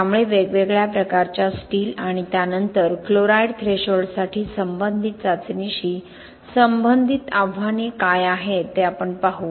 त्यामुळे वेगवेगळ्या प्रकारच्या स्टील आणि त्यानंतर क्लोराईड थ्रेशोल्डसाठी संबंधित चाचणीशी संबंधित आव्हाने काय आहेत ते आपण पाहू